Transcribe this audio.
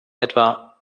etwa